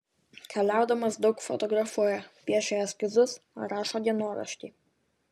keliaudamas daug fotografuoja piešia eskizus rašo dienoraštį